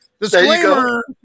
Disclaimer